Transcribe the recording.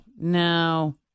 No